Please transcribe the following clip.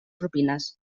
propines